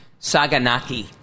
saganaki